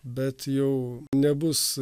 bet jau nebus